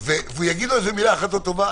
הוא יגיד לו מילה אחת לא טובה,